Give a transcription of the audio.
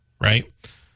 right